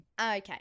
Okay